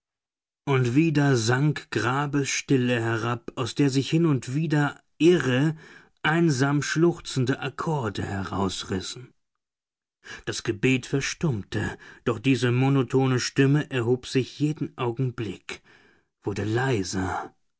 und wieder sank grabesstille herab aus der sich hin und wieder irre einsam schluchzende akkorde herausrissen das gebet verstummte doch diese monotone stimme erhob sich jeden augenblick wurde leiser